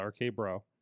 RK-Bro